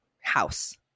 house